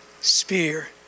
Spear